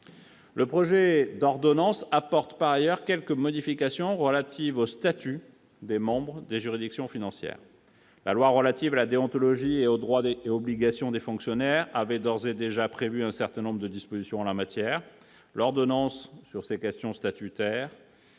Le projet d'ordonnance apporte par ailleurs quelques modifications relatives au statut des membres des juridictions financières. La loi relative à la déontologie et aux droits et obligations des fonctionnaires avait d'ores et déjà prévu un certain nombre de dispositions en la matière. Sur ces questions statutaires,